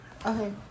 Okay